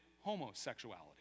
homosexuality